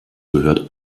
gehört